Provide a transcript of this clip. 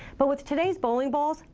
but with today's bowling balls,